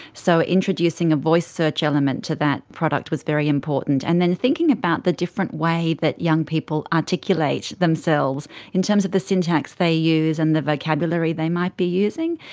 so introducing a voice search element to that product was very important. and then thinking about the different way that young people articulate themselves in terms of the syntax they use and the vocabulary they might be using.